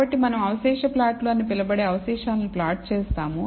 కాబట్టి మనం అవశేష ప్లాట్లు అని పిలవబడే అవశేషాలను ప్లాట్ చేస్తాము